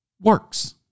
works